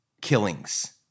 killings